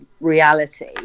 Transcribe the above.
reality